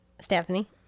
stephanie